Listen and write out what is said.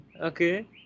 Okay